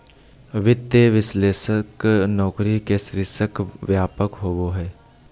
वित्तीय विश्लेषक नौकरी के शीर्षक व्यापक होबा हइ